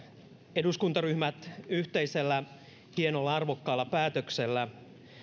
eduskuntaryhmät yhteisellä hienolla arvokkaalla päätöksellä